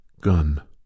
gun